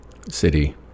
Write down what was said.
city